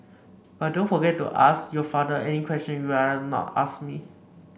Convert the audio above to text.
but don't forget to ask your father any question you'd rather not ask me